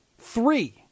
Three